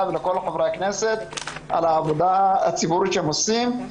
ולכל חברי הכנסת על העבודה הציבורית שהם עושים.